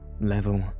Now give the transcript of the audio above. level